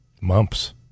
Mumps